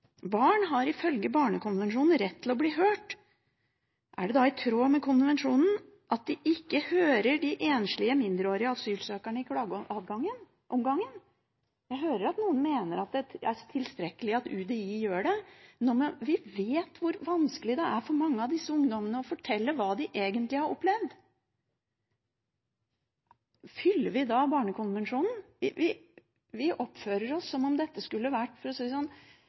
Barn har ifølge Barnekonvensjonen rett til å bli hørt. Er det da i tråd med konvensjonen at vi ikke hører de enslige mindreårige asylsøkerne i klageomgangen? Jeg hører at noen mener at det er tilstrekkelig at UDI gjør det, men vi vet hvor vanskelig det er for mange av disse ungdommene å fortelle hva de egentlig har opplevd. Oppfyller vi da kravene i Barnekonvensjonen? Vi oppfører oss som om dette skulle vært høyt utdannede akademikere, som er voksne og har levd trygge liv, sånn